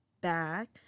back